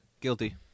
Guilty